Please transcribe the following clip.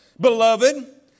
Beloved